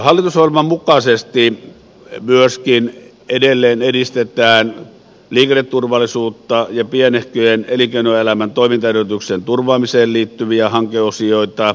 hallitusohjelman mukaisesti edelleen edistetään myöskin liikenneturvallisuutta ja pienehköjen elinkeinoelämän toimintaedellytyksien turvaamiseen liittyviä hankeosioita